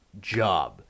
job